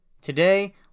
Today